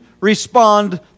respond